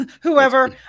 Whoever